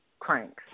Cranks